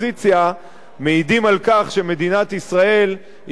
מעידים על כך שמדינת ישראל היא אחת המדינות